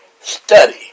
study